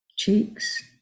Cheeks